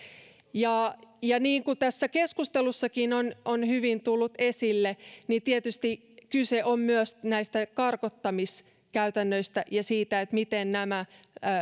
niin kuin tässä keskustelussakin on on hyvin tullut esille tietysti kyse on myös karkottamiskäytännöistä ja siitä miten nämä